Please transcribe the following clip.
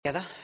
Together